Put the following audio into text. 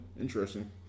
Interesting